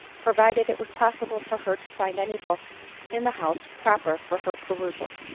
provided it was possible for her to find any book in the house proper for her perusal.